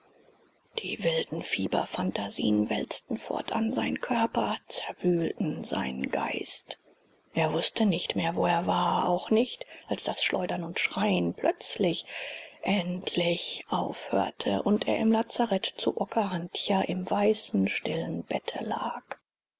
die wilden fieberphantasien wälzten fortan seinen körper zerwühlten seinen geist er wußte nicht mehr wo er war auch nicht als das schleudern und schreien plötzlich endlich aufhörte und er im lazarett zu okahandja im weißen stillen bette lag